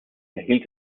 erhielt